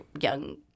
young